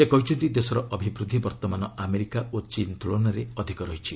ସେ କହିଛନ୍ତି ଦେଶର ଅଭିବୃଦ୍ଧି ବର୍ତ୍ତମାନ ଆମେରିକା ଓ ଚୀନ୍ ତୁଳନାରେ ଅଧିକ ରହିଛି